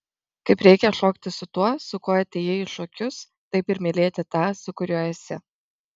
kaip reikia šokti su tuo su kuo atėjai į šokius taip ir mylėti tą su kuriuo esi